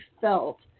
felt